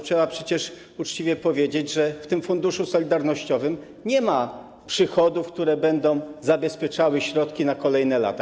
Trzeba przecież uczciwie powiedzieć, że w tym Funduszu Solidarnościowym nie ma przychodów, które będą zabezpieczały środki na kolejne lata.